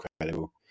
incredible